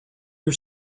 you